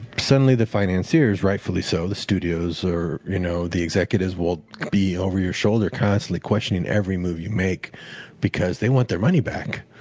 suddenly the financiers, rightfully so the studios or you know executives will be over your shoulder constantly questioning every move you make because they want their money back.